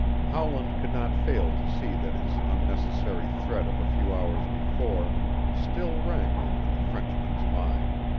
howland could not fail to see that his unnecessary threat of a few hours before still rankled in the frenchman's mind,